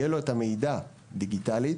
יהיה לו המידע דיגיטלית,